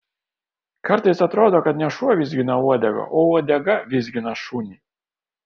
kartais atrodo kad ne šuo vizgina uodegą o uodega vizgina šunį